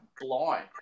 blind